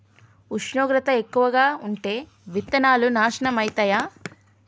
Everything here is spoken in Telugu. ఉష్ణోగ్రత ఎక్కువగా ఉంటే విత్తనాలు నాశనం ఐతయా?